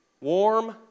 warm